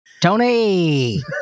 Tony